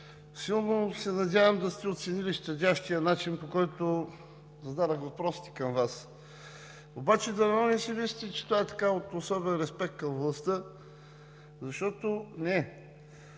силно се надявам да сте оценили щадящия начин, по който зададох въпросите към Вас. Обаче дано не си мислите, че това е от особен респект към властта, защото не е.